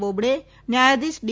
બોબડે ન્યાયાધિશ ડી